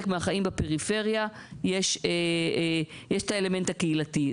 מהחיים בפריפריה יש האלמנט הקהילתי.